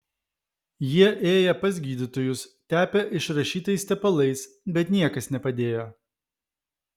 jie ėję pas gydytojus tepę išrašytais tepalais bet niekas nepadėjo